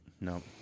No